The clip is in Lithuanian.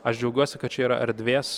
aš džiaugiuosi kad čia yra erdvės